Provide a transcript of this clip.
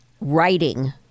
writing